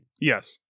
Yes